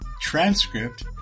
transcript